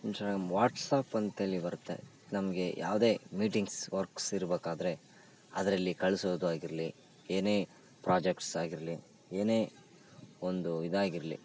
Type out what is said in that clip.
Instagram WhatsApp ಅಂತೇಳಿ ಬರುತ್ತೆ ನಮಗೆ ಯಾವುದೇ ಮೀಟಿಂಗ್ಸ್ ವರ್ಕ್ಸ್ ಇರ್ಬೇಕಾದ್ರೆ ಅದರಲ್ಲಿ ಕಳಿಸೋದು ಆಗಿರಲಿ ಏನೇ ಪ್ರಾಜೆಕ್ಟ್ಸ್ ಆಗಿರಲಿ ಏನೇ ಒಂದು ಇದಾಗಿರಲಿ